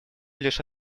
лишь